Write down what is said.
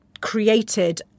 created